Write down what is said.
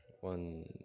one